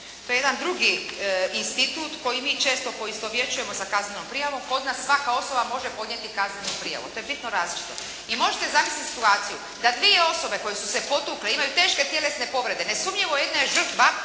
To je jedan drugi institut koji mi često poistovjećujemo sa kaznenom prijavom. Kod nas svaka osoba može podnijeti kaznenu prijavu. To je bitno različito i možete zamisliti situaciju da dvije osobe koje su se potukle imaju teške tjelesne povrede. Nesumnjivo jedna je žrtva,